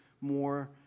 more